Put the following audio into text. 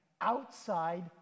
outside